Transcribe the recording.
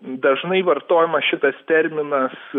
dažnai vartojamas šitas terminas